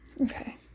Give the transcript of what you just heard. Okay